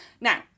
Now